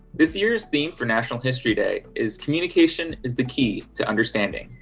this year's theme for national history day is communication is the key to understanding.